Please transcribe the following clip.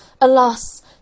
Alas